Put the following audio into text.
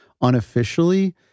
unofficially